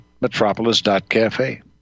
metropolis.cafe